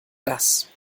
das